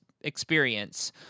experience